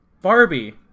Barbie